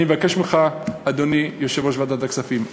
אני מבקש ממך, אדוני יושב-ראש ועדת הכספים.